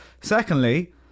Secondly